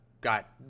got